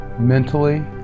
mentally